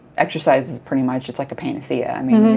exercise is pretty much. it's like a panacea. i mean,